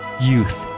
Youth